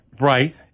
Right